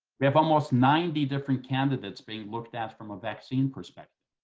we have almost ninety different candidates being looked at from a vaccine perspective,